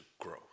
growth